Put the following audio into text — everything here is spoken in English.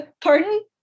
pardon